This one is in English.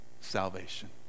salvation